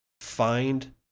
Find